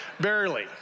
barely